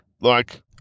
like-